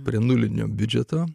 prie nulinio biudžeto